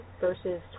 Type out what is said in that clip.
verses